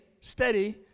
steady